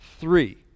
three